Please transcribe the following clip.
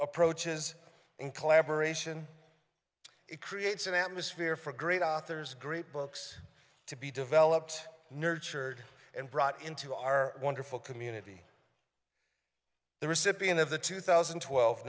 approaches in collaboration it creates an atmosphere for great authors great books to be developed nurtured and brought into our wonderful community the recipient of the two thousand and twelve